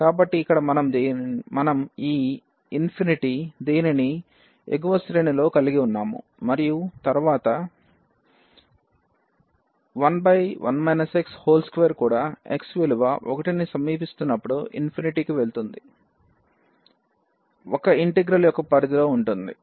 కాబట్టి ఇక్కడ మనం ఈ దీనిని ఎగువ శ్రేణిలో కలిగి ఉన్నాము మరియు తరువాత 11 x2 కూడా x విలువ 1 ని సమీపిస్తున్నప్పుడు ∞ కి వెళుతుంది 1 ఇంటిగ్రల్ యొక్క పరిధిలో ఉంటుంది